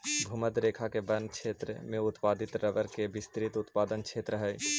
भूमध्य रेखा के वन क्षेत्र में उत्पादित रबर के विस्तृत उत्पादन क्षेत्र हइ